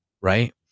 Right